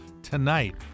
Tonight